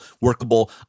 workable